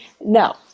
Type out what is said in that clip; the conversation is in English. No